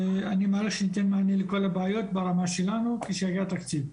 ואני מעריך שניתן מענה לכל הבעיות ברמה שלנו כאשר יגיע התקציב.